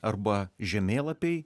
arba žemėlapiai